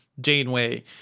Janeway